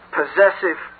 possessive